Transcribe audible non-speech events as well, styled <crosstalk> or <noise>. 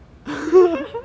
<laughs>